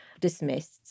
dismissed